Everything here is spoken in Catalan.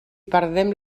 perdem